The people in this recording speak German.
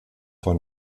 vor